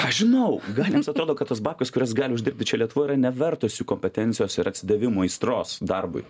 aš žinau gal jiems atrodo kad tos babkės kurias gali uždirbti čia lietuvoj yra nevertos jų kompetencijos ir atsidavimo aistros darbui